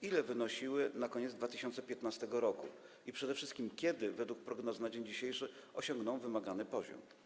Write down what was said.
Ile wynosiły one na koniec 2015 r. i przede wszystkim kiedy - według prognoz na dzień dzisiejszy - osiągną wymagany poziom?